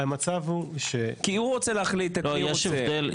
כי הוא רוצה להחליט את מי הוא רוצה.